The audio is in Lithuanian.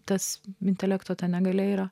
tas intelekto ta negalia yra